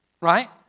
Right